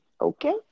Okay